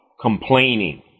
Complaining